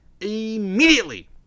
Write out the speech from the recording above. immediately